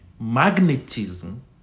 Magnetism